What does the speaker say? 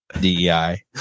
DEI